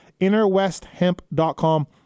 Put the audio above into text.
innerwesthemp.com